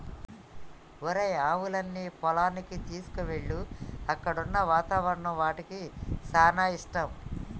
ఒరేయ్ ఆవులన్నీ పొలానికి తీసుకువెళ్ళు అక్కడున్న వాతావరణం వాటికి సానా ఇష్టం